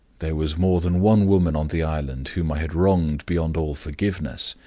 there was more than one woman on the island whom i had wronged beyond all forgiveness,